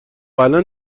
الان